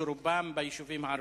שרובן ביישובים ערביים.